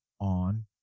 on